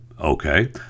Okay